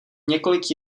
několik